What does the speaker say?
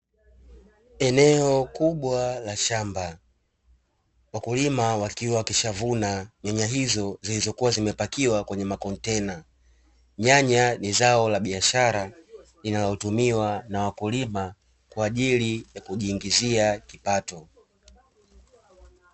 Eneo kubwa la shamba wakulima wakiwa wakishavuna nyanya hizo zilizokuwa zimepakiwa kwenye makontena. Nyanya ni zao la biashara linalotumiwa na wakulima kwaajili ya kujiingizia kipato.